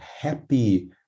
happy